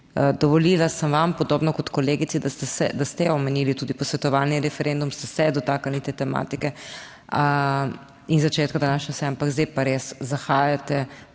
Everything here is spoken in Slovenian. dovolila sem vam podobno kot kolegici, da ste omenili tudi posvetovalni referendum, ste se dotaknili te tematike in začetka današnje seje. Ampak zdaj pa res zahajate